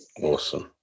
awesome